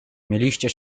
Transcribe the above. mieliście